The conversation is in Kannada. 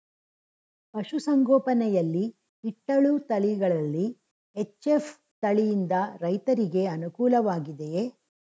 ಪಶು ಸಂಗೋಪನೆ ಯಲ್ಲಿ ಇಟ್ಟಳು ತಳಿಗಳಲ್ಲಿ ಎಚ್.ಎಫ್ ತಳಿ ಯಿಂದ ರೈತರಿಗೆ ಅನುಕೂಲ ವಾಗಿದೆಯೇ?